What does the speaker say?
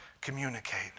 communicate